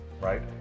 right